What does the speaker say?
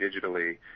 digitally